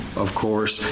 of course,